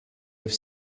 have